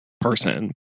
person